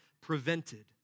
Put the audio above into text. prevented